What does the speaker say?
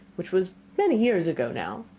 which was many years ago now.